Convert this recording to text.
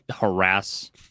harass